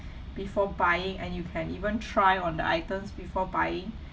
before buying and you can even try on the items before buying